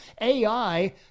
AI